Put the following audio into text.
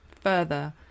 further